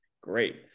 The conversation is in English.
great